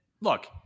look